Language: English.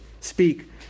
speak